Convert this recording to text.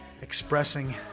expressing